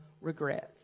regrets